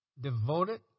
devoted